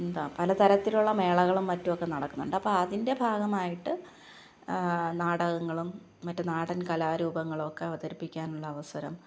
എന്താണ് പല തരത്തിലുള്ള മേളകളും മറ്റുമൊക്കെ നടക്കുന്നുണ്ട് അപ്പോൾ അതിന്റെ ഭാഗമായിട്ട് നാടകങ്ങളും മറ്റു നാടന് കലാരൂപങ്ങളുമൊക്കെ അവതരിപ്പിക്കാനുള്ള അവസരം